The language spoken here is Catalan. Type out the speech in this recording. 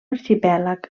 arxipèlag